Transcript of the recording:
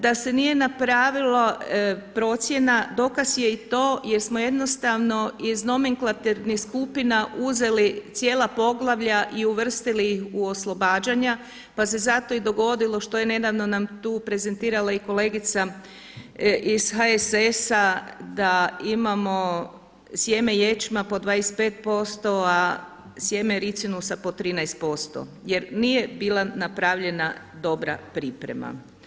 Da se nije napravilo procjena dokaz je i to jer smo jednostavno iz nomenklaturnih skupina uzeli cijela poglavlja i uvrstili ih u oslobađanja pa se zato i dogodilo što je nedavno nam tu i prezentirala kolegica iz HSS-a da imamo sjeme ječma po 25%, a sjeme ricinusa po 13% jer nije bila napravljena dobra priprema.